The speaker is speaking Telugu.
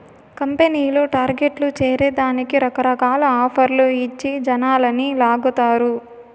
కంపెనీలు టార్గెట్లు చేరే దానికి రకరకాల ఆఫర్లు ఇచ్చి జనాలని లాగతారు